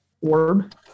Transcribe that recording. orb